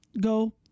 go